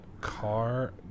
car